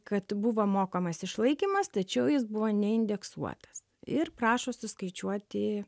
kad buvo mokamas išlaikymas tačiau jis buvo neindeksuotas ir prašo suskaičiuoti